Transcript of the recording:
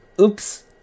Oops